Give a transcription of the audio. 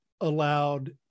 allowed